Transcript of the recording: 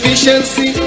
Efficiency